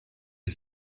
sie